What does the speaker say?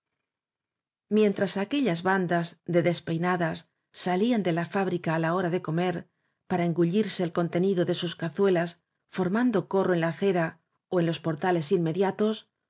mientras aquellas bandas de despeinadas salían de la fábrica á la hora de comer para en gullirse el contenido de sus cazuelas formando corro en la acera ó en los portales inmediatos